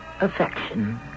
affection